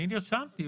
גם אין לה רוב בכנסת,